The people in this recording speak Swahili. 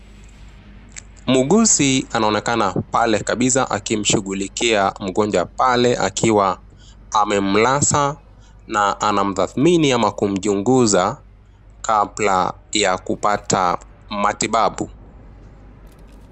Muuguzi anaonekana pale kabisa akimshughulikia mgonjwa pale akiwa amemlaza na anamtathmini ama kumchunguza kabla ya kupata matibabu.